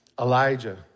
Elijah